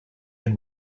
and